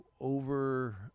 Over